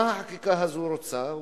מה החקיקה הזו רוצה?